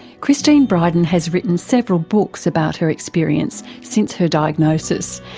christine bryden has written several books about her experience since her diagnosis,